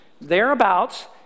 thereabouts